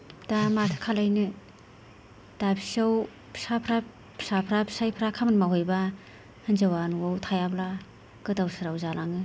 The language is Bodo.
दा माथो खालायनो दाबसेयाव फिसाफ्रा फिसाफ्रा फिसायफ्रा खामानि मावहैब्ला हिनजावआ न'आव थायाब्ला गोदाव सोराव जालाङो